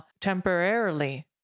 temporarily